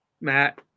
Matt